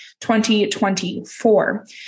2024